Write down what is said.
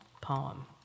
poem